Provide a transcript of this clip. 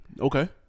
Okay